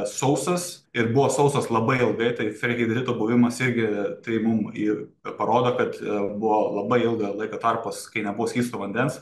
sausas ir buvo sausas labai ilgai tai ferihidrito buvimas irgi tai mum ir parodo kad buvo labai ilga laiko tarpas kai nebuvo skysto vandens